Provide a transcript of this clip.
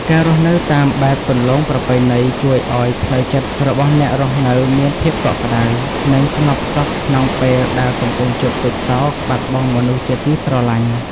ការរស់នៅតាមបែបគន្លងប្រពៃណីជួយឱ្យផ្លូវចិត្តរបស់អ្នកនៅរស់មានភាពកក់ក្តៅ និងស្ងប់សុខក្នុងពេលដែលកំពុងជួបទុក្ខសោកបាត់បង់មនុស្សជាទីស្រឡាញ់។